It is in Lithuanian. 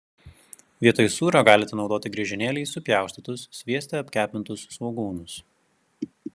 vietoj sūrio galite naudoti griežinėliais supjaustytus svieste apkepintus svogūnus